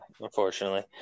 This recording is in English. unfortunately